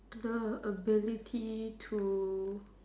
the ability to